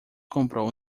comprou